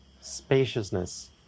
spaciousness